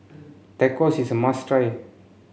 Tacos is a must try